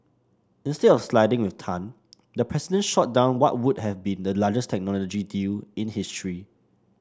instead of siding with Tan the president shot down what would have been the largest technology deal in history